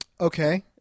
Okay